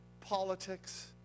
politics